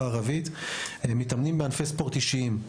הערבית מתאמנים בענפי ספורט אישיים.